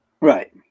Right